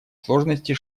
сложности